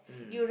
mm